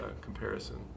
comparison